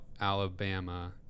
alabama